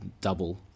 double